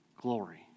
glory